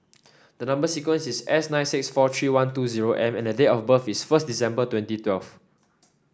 the number sequence is S nine six four three one two zero M and date of birth is first December twenty twelve